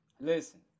Listen